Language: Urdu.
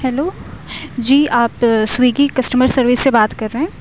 ہیلو جی آپ سویگی کسٹمر سروس سے بات کر رہے ہیں